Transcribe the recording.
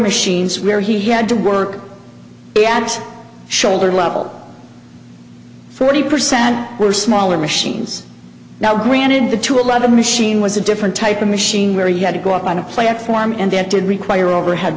machines where he had to work at shoulder level forty percent were smaller machines now granted the two eleven machine was a different type of machine where you had to go up on a platform and that did require overhead